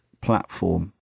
platform